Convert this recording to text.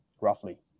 roughly